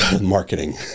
marketing